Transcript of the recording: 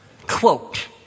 quote